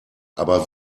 aber